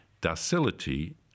docility